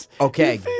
Okay